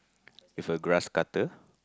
if a grass cutter